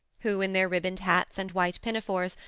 who, in their ribboned hats and white pinafores,